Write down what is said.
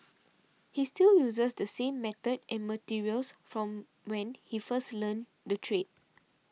he still uses the same method and materials from when he first learnt the trade